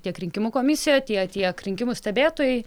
tiek rinkimų komisija tiek tiek rinkimų stebėtojai